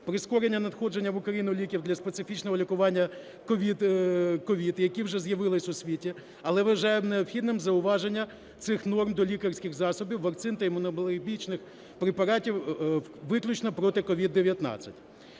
прискорення надходження в Україну ліків для специфічного лікування COVID, які вже з'явилися у світі, але вважаємо необхідним зауваження цих норм до лікарських засобів, вакцин та імунобіологічних препаратів виключно проти COVID-19.